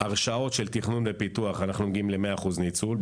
בהרשאות של תכנון ופיתוח אנחנו מגיעים ל-100% ניצול.